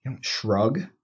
Shrug